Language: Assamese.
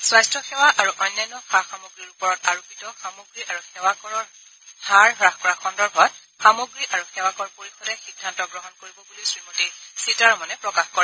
স্বাস্থ্য সেৱা আৰু অন্যান্য সা সামগ্ৰীৰ ওপৰত আৰোপিত সামগ্ৰী আৰু সেৱাকৰৰ হাৰ হ্ৰাস কৰা সন্দৰ্ভত সামগ্ৰী আৰু সেৱাকৰ পৰিষদে সিদ্ধান্ত গ্ৰহণ কৰিব বুলি শ্ৰীমতী সীতাৰমণে প্ৰকাশ কৰে